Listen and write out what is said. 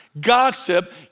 Gossip